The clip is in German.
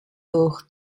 durch